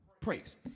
praise